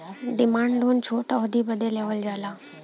demand loan छोट अवधी बदे देवल जाला